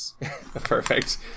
Perfect